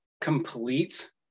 complete